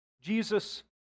Jesus